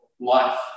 life